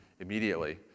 immediately